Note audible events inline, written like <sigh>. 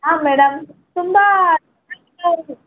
ಹಾಂ ಮೇಡಮ್ ತುಂಬ ಚೆನ್ನಾಗಿದೆ <unintelligible>